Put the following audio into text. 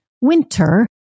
winter